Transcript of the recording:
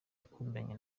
bakundanye